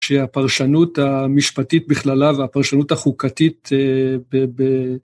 שהפרשנות המשפטית בכללה והפרשנות החוקתית.